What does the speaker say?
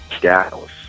Dallas